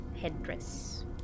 headdress